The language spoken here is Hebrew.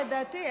לדעתי,